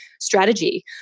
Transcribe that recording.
strategy